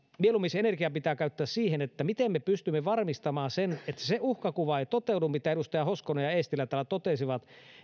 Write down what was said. mieluummin se energia pitää käyttää siihen miten me pystymme varmistamaan sen että se uhkakuva ei toteudu mitä edustajat hoskonen ja eestilä täällä totesivat